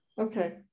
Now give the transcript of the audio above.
Okay